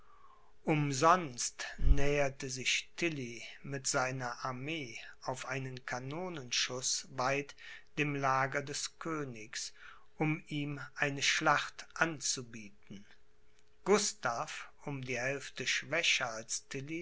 umsonst näherte sich tilly mit seiner armee auf einen kanonenschuß weit dem lager des königs um ihm eine schlacht anzubieten gustav um die hälfte schwächer als